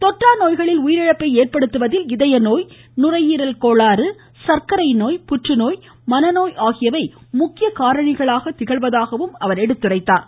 தொற்றா நோய்களில் உயிரிழப்பை ஏற்படுத்துவதில் இதய நோய் நுரையீரல் கோளாறு சர்க்கரை நோய் புற்றுநோய் மனநோய் ஆகியவை முக்கிய காரணிகளாக திகழ்வதாக கூறினார்